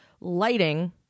lighting